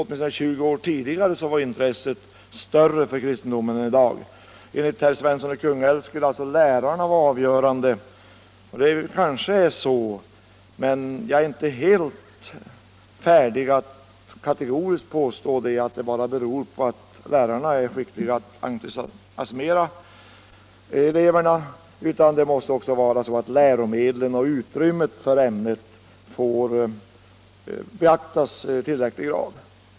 20 år tidigare var intresset större för kristendomen än i dag. Enligt herr Svensson i Kungälv skulle alltså lärarna vara avgörande, och det kanske är så. Men jag är inte helt beredd att kategoriskt påstå att resultatet bara beror på att lärarna är skickliga att entusiasmera eleverna. Läromedlen och utrymmet för ämnet måste också beaktas i tillräcklig grad.